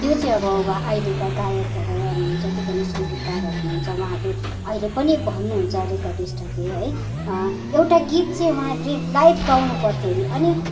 त्यो चाहिँ अब अहिलेका गायक अब जति पनि सङ्गीतकारहरू हुनु हुन्छ उहाँहरूले अहिले पनि भन्नु हुन्छ रेकर्डिस्टहरूले है एउटा गीत चाहिँ उहाँहरूले लाइभ गाउनु पर्थ्यो अरे अनि